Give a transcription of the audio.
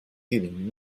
feeling